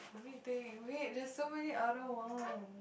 let me think wait there's so many other one